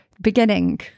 beginning